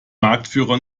marktführer